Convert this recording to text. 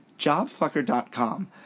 JobFucker.com